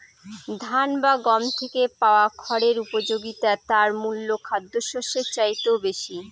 ধান বা গম থেকে পাওয়া খড়ের উপযোগিতা তার মূল খাদ্যশস্যের চাইতেও বেশি